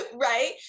right